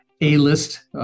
A-list